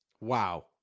Wow